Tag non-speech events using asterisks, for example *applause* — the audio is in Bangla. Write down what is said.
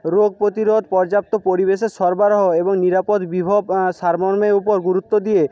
রোগ প্রতিরোধ পর্যাপ্ত পরিবেশে সরবরাহ এবং নিরাপদ *unintelligible* সারমর্মের উপর গুরুত্ব দিয়ে